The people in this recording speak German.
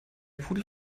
pudel